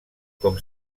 com